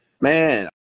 man